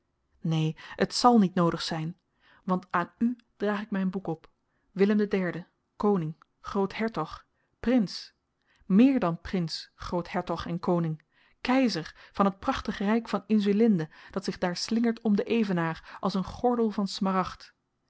neen t zal niet noodig zyn want aan u draag ik myn boek op willem den derden koning groothertog prins meer dan prins groothertog en koning keizer van t prachtig ryk van insulinde dat zich daar slingert om den evenaar als een gordel van smaragd